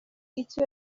icyo